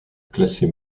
classées